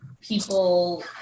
people